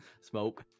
Smoke